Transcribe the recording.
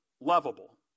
lovable